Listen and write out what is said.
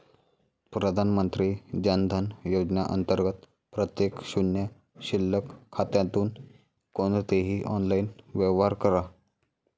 प्रधानमंत्री जन धन योजना अंतर्गत प्रत्येक शून्य शिल्लक खात्यातून कोणतेही ऑनलाइन व्यवहार करा